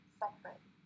separate